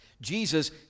Jesus